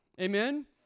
Amen